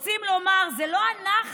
רוצים לומר: זה לא אנחנו,